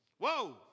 Whoa